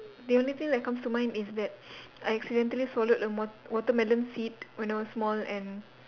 the only thing that comes to mind is that I accidentally swallowed a wat~ watermelon seed when I was small and